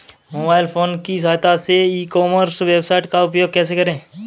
Mobile phone की सहायता से ई कॉमर्स वेबसाइट का उपयोग कैसे करें?